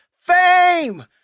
Fame